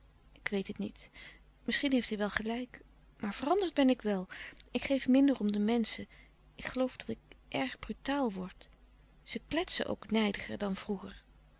ik weet het niet misschien heeft hij wel gelijk maar veranderd ben ik wel ik geef minder om de menschen ik geloof dat ik erg brutaal word ze kletsen ook nijdiger dan vroeger